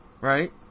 Right